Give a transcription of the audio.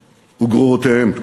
וגרורותיהם.